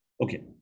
Okay